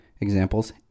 Examples